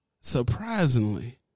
surprisingly